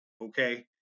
okay